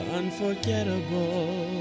unforgettable